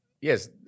yes